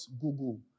Google